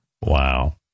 Wow